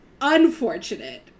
unfortunate